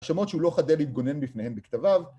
השמות שהוא לא חדל להתגונן מפניהם בכתביו